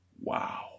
Wow